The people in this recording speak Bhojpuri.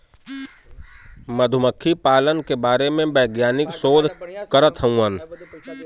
मधुमक्खी पालन के बारे में वैज्ञानिक शोध करत हउवन